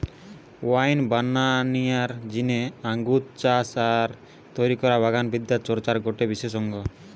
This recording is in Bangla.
ওয়াইন বানানিয়ার জিনে আঙ্গুর চাষ আর তৈরি করা বাগান বিদ্যা চর্চার গটে বিশেষ অঙ্গ